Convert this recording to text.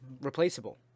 replaceable